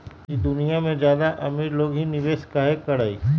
ई दुनिया में ज्यादा अमीर लोग ही निवेस काहे करई?